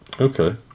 Okay